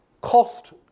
cost